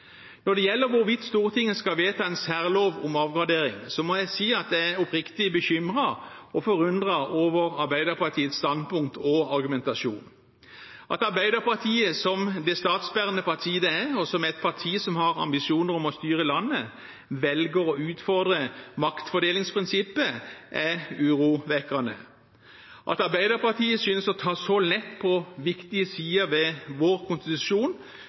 Når det gjelder hvorvidt Stortinget skal vedta en særlov om avgradering, må jeg si at jeg er oppriktig bekymret og forundret over Arbeiderpartiets standpunkt og argumentasjon. At Arbeiderpartiet som det statsbærende parti det er, og som et parti som har ambisjoner om å styre landet, velger å utfordre maktfordelingsprinsippet, er urovekkende. At Arbeiderpartiet synes å ta så lett på viktige sider ved vår konstitusjon,